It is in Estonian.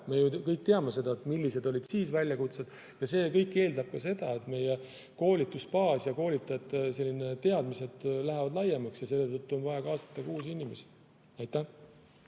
Me ju kõik teame seda, millised olid enne väljakutsed. See kõik eeldab seda, et meie koolitusbaas ja koolitajate teadmised lähevad laiemaks ja seetõttu on vaja kaasata uusi inimesi. Heiki